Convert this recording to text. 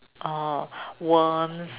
orh worms